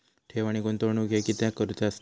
ठेव आणि गुंतवणूक हे कित्याक करुचे असतत?